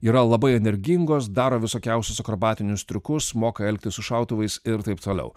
yra labai energingos daro visokiausius akrobatinius triukus moka elgtis su šautuvais ir taip toliau